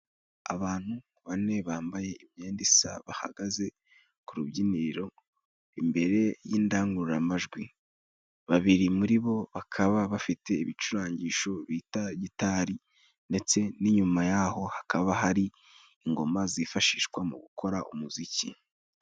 Abantu bane bambaye imyenda isa, bahagaze ku rubyiniro, imbere y'indangururamajwi, babiri muri bo bakaba bafite ibicurangisho bita gitari, ndetse ni inyuma yaho hakaba hari ingoma zifashishwa mu gukora umuziki.